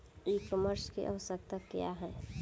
ई कॉमर्स की आवशयक्ता क्या है?